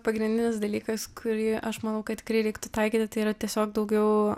pagrindinis dalykas kurį aš manau kad tikrai reiktų taikytitai yra tiesiog daugiau